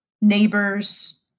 neighbors